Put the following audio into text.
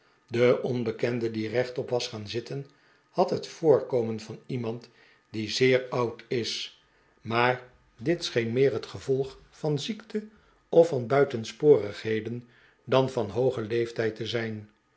de onbekende die rechtop was gaan zitten had het voorkomen van iemand die zeer oud is maar dit scheen meer het gevolg van ziekte of van buitensporigheden dan van ho o gen leeftijd te zijn